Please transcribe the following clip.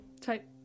type